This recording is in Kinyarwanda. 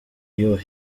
iyo